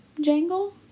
jangle